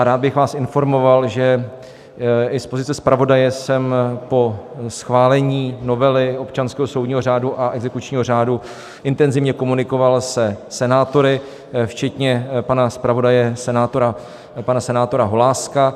Rád bych vás informoval, že i z pozice zpravodaje jsem po schválení novely občanského soudního řádu a exekučního řádu intenzivně komunikoval se senátory, včetně pana zpravodaje senátora Holáska.